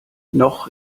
noch